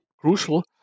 crucial